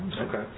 Okay